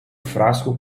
frasco